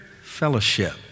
fellowship